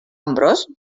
ambròs